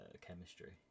chemistry